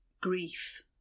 grief